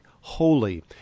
holy